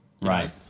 Right